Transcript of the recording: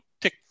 tick